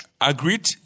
Agreed